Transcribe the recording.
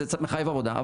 זה מחייב עבודה.